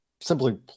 simply